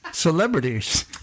Celebrities